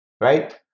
right